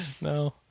No